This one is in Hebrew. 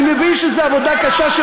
אני מבין שזו עבודה קשה.